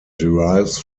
derives